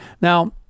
now